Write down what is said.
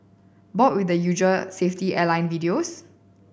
bored with the usual safety airline videos